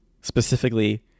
specifically